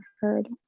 heard